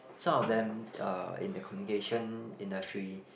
some of them uh in the communication industry